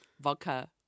vodka